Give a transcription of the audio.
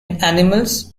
animals